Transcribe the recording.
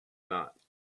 not